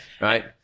Right